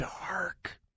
dark